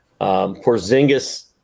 Porzingis